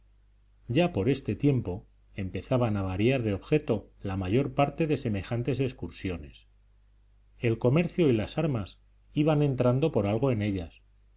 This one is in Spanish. ya por este tiempo empezaban a variar de objeto la mayor parte de semejantes excursiones el comercio y las armas iban entrando por algo en ellas